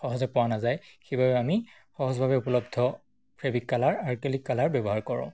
সহজে পোৱা নাযায় সেইবাবে আমি সহজভাৱে উপলব্ধ ফেব্ৰিক কালাৰ আৰ্কেলিক কালাৰ ব্যৱহাৰ কৰোঁ